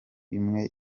imwe